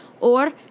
or